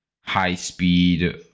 high-speed